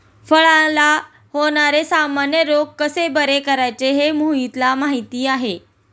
फळांला होणारे सामान्य रोग कसे बरे करायचे हे मोहितला माहीती आहे